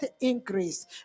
increase